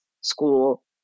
school